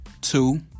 two